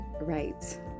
right